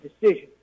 decision